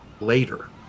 later